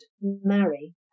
marry